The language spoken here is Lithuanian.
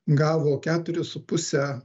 gavo keturis su puse